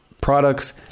products